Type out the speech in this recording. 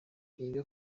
yiga